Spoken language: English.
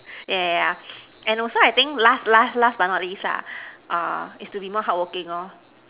yeah yeah yeah and also I think last last last but not least lah err is to be more hardworking lor